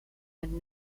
and